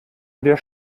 der